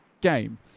game